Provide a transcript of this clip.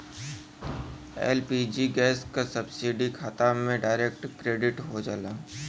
LPG gas क subsidy खाता में डायरेक्ट क्रेडिट हो जाला